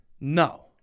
No